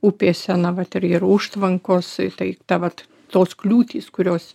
upėse na vat ir užtvankos tai ta vat tos kliūtys kurios